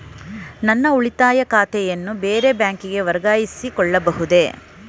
ನನ್ನ ಉಳಿತಾಯ ಖಾತೆಯನ್ನು ಬೇರೆ ಬ್ಯಾಂಕಿಗೆ ವರ್ಗಾಯಿಸಿಕೊಳ್ಳಬಹುದೇ?